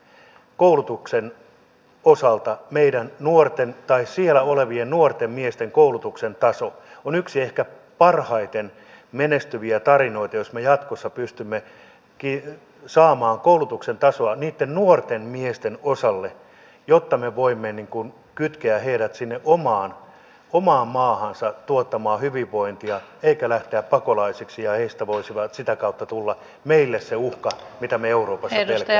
koulutuksen osalta siellä olevien nuorten miesten koulutuksen taso on yksi ehkä parhaiten menestyviä tarinoita jos me jatkossa pystymme saamaan koulutuksen tasoa niitten nuorten miesten osalle jotta me voimme kytkeä heidät sinne omaan maahansa tuottamaan hyvinvointia etteivät he lähde pakolaisiksi jolloin heistä voisi sitä kautta tulla meille se uhka mitä me euroopassa pelkäämme